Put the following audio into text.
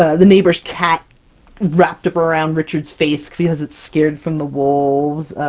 ah the neighbor's cat wrapped up around richard's face because it's scared from the wolves.